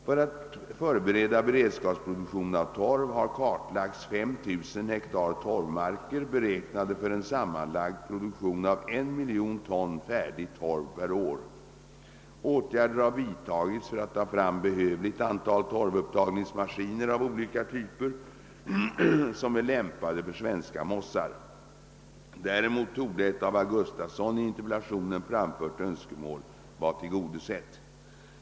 För att förbereda beredskapsproduktionen av torv har kartlagts 5 000 hektar torvmarker beräknade för en sammanlagd produktion av 1 miljon ton färdig torv per år. Åtgärder har vidtagits för att ta fram behövligt antal torvupptagningsmaskiner av olika typer, som är lämpade för svenska mossar. Därmed torde ett av herr Gustavsson i interpellationen framfört önskemål vara tillgodosett.